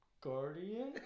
guardian